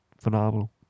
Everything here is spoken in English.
phenomenal